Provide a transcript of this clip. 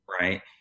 right